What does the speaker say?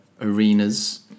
arenas